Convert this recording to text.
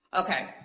okay